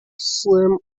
slim